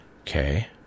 okay